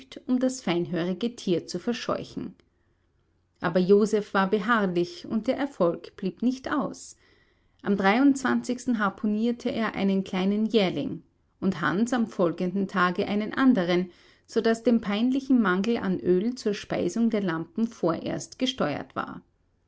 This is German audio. um das feinhörige tier zu verscheuchen aber joseph war beharrlich und der erfolg blieb nicht aus am harun er einen kleinen jährling und hans am folgenden tage einen anderen so daß dem peinlichen mangel an öl zur speisung der lampen vorerst gesteuert war